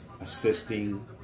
assisting